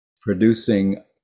producing